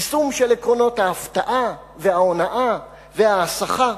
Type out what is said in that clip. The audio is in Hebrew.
יישום עקרונות ההפתעה, ההונאה וההסחה.